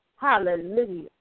Hallelujah